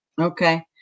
Okay